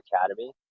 academy